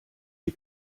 die